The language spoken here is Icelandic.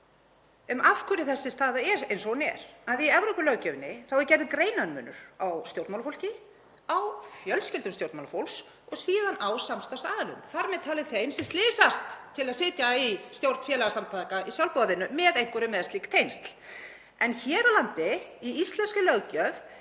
um af hverju þessi staða er eins og hún er að í Evrópulöggjöfinni er gerður greinarmunur á stjórnmálafólki, á fjölskyldum stjórnmálafólks og síðan á samstarfsaðilum, þar með talið þeim sem slysast til að sitja í stjórn félagasamtaka í sjálfboðavinnu með einhverjum með slík tengsl. En hér á landi, í íslenskri löggjöf,